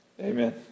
amen